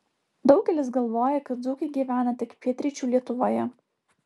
daugelis galvoja kad dzūkai gyvena tik pietryčių lietuvoje